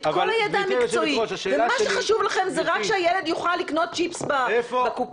את כל הידע המקצועי ומה שחשוב לכם זה רק שהילד יוכל לקנות צ'יפס בקופה?